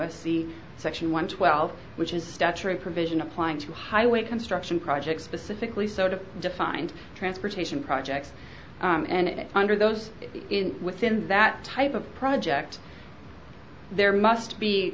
s c section one twelve which is stature a provision applying to highway construction projects specifically sort of defined transportation projects and under those within that type of project there must be